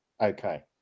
okay